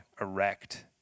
erect